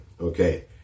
Okay